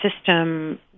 system